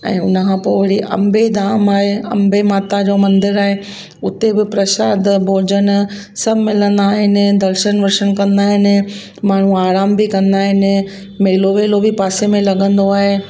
ऐं हुन खां पोइ वरी अंबे धाम आहे अंबे माता जो मंदरु आहे हुते बि प्रसाद भोजन सभु मिलंदा आहिनि दर्शनु वर्शनु कंदा आहिनि माण्हू आराम बि कंदा आहिनि मेलो वेलो बि पासे में लॻंदो आहे